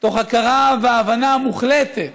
תוך הכרה והבנה מוחלטת